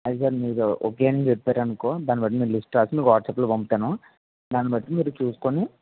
అది సార్ మీరు ఓకే అని చెప్పారనుకో దాన్ని బట్టి మేము లిస్ట్ రాసి మీకు వాట్సప్లో పంపుతాను దాన్ని బట్టి మీరు చూసుకుని